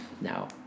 No